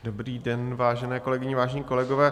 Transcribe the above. Dobrý den, vážené kolegyně, vážení kolegové.